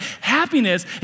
happiness